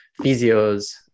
physios